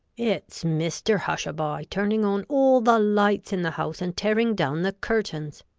it's mr hushabye turning on all the lights in the house and tearing down the curtains.